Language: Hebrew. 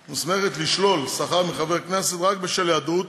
לשלול שכר מחבר כנסת רק בשל היעדרות